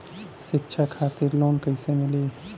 शिक्षा खातिर लोन कैसे मिली?